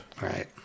Right